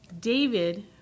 David